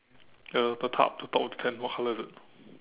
the the tarp the top of the tent what color is it